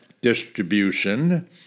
distribution